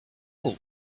all